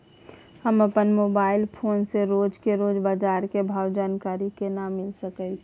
हम अपन mobile phone से रोज के रोज बाजार के भाव के जानकारी केना मिल सके छै?